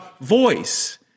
voice